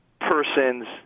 persons